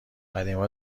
قدیما